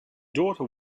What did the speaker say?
daughter